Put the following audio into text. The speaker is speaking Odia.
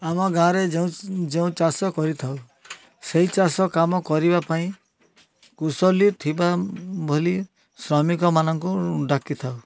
ଆମ ଗାଁରେ ଯେଉଁ ଯେଉଁ ଚାଷ କରିଥାଉ ସେଇ ଚାଷକାମ କରିବା ପାଇଁ କୁଶଲୀ ଥିବା ଭଲି ଶ୍ରମିକ ମାନଙ୍କୁ ଡାକିଥାଉ